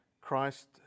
Christ